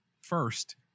first